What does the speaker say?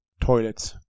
toilets